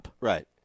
Right